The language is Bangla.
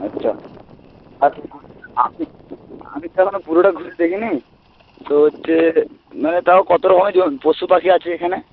আচ্ছা আপনি আমি তো এখনো পুরোটা ঘুরে দেখিনি তো হচ্ছে মানে তাও কত রকমের জন পশু পাখি আছে এখানে